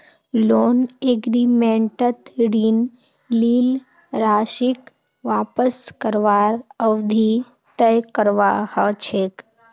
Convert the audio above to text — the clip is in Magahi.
लोन एग्रीमेंटत ऋण लील राशीक वापस करवार अवधि तय करवा ह छेक